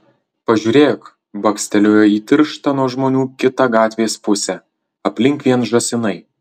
pažiūrėk bakstelėjo į tirštą nuo žmonių kitą gatvės pusę aplink vien žąsinai